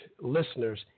listeners